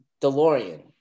DeLorean